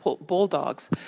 bulldogs